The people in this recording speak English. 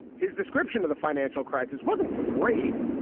his description of the financial crisis wasn't great.